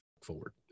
forward